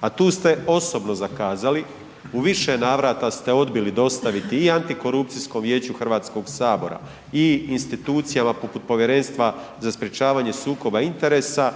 a tu ste osobno zakazali. U više navrata ste odbili dostaviti i Antikorupcijskom vijeću HS-a i institucijama poput Povjerenstva za sprečavanje sukoba interesa